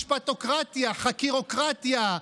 משפטוקרטיה, חקירוקרטיה.